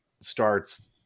starts